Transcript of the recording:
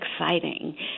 exciting